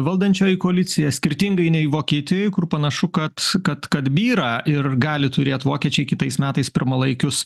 valdančioji koalicija skirtingai nei vokietijoj kur panašu kad kad kad byra ir gali turėt vokiečiai kitais metais pirmalaikius